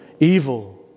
evil